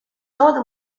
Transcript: toda